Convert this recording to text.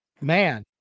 man